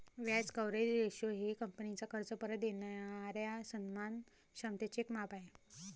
व्याज coverage ratio हे कंपनीचा कर्ज परत देणाऱ्या सन्मान क्षमतेचे एक माप आहे